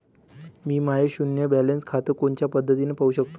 मी माय शुन्य बॅलन्स खातं कोनच्या पद्धतीनं पाहू शकतो?